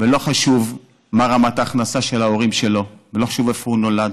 ולא חשוב מה רמת ההכנסה של ההורים ולא חשוב איפה הוא נולד